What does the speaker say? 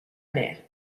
mer